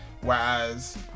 Whereas